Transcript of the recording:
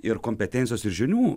ir kompetencijos ir žinių